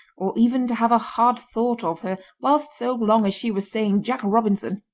or even to have a hard thought of her, whilst so long as she was saying jack robinson.